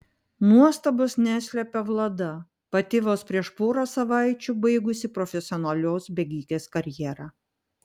nuostabos neslepia vlada pati vos prieš porą savaičių baigusi profesionalios bėgikės karjerą